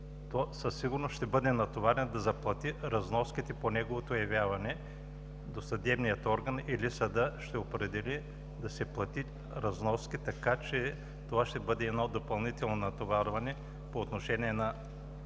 то със сигурност ще бъде натоварен да заплати разноските по неговото явяване до съдебния орган, или съдът ще определи да се платят разноските, така че това ще бъде допълнително натоварване по отношение на